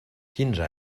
quinze